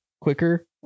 quicker